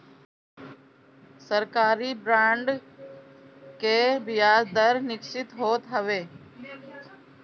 सरकारी बांड के बियाज दर निश्चित होत हवे